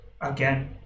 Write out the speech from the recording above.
again